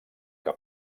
que